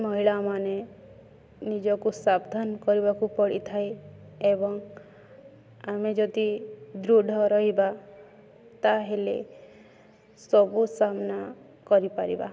ମହିଳାମାନେ ନିଜକୁ ସାାବଧାନ କରିବାକୁ ପଡ଼ିଥାଏ ଏବଂ ଆମେ ଯଦି ଦୃଢ଼ ରହିବା ତାହେଲେ ସବୁ ସାମ୍ନା କରିପାରିବା